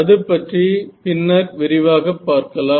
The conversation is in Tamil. அதுபற்றி பின்னர் விரிவாகப்பார்க்கலாம்